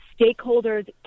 stakeholders